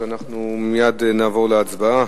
אנחנו מייד נעבור להצבעה.